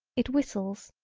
it whistles,